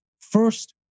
First